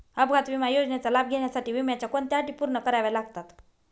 अपघात विमा योजनेचा लाभ घेण्यासाठी विम्याच्या कोणत्या अटी पूर्ण कराव्या लागतात?